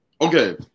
okay